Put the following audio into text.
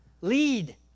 Lead